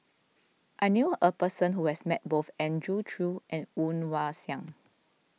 I knew a person who has met both Andrew Chew and Woon Wah Siang